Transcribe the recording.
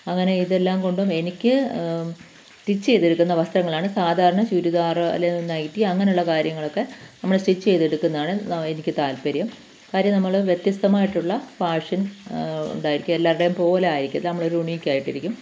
അങ്ങനെ ഇതെല്ലാം കൊണ്ടും എനിക്ക് സ്റ്റിച്ച് ചെയ്തെടുക്കുന്ന വസ്ത്രങ്ങളാണ് സാധാരണ ചുരുദാറ് അല്ലെങ്കിൽ നൈറ്റി അങ്ങനെയുള്ള കാര്യങ്ങളൊക്കെ നമുക്ക് സ്റ്റിച്ച് ചെയ്തെടുക്കുന്നതാണ് എനിക്ക് താൽപ്പര്യം കാര്യം നമ്മൾ വ്യത്യസ്തമായിട്ടുള്ള ഫാഷൻ ഉണ്ടായിരിക്കും എല്ലാരുടേയും പോലെയായിരിക്കില്ല നമ്മളൊരു യൂണിക്കായിട്ടിരിക്കും